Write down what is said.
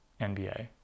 NBA